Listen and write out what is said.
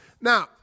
Now